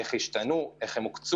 איך השתנו, איך הן הוקצו.